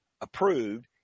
approved